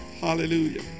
Hallelujah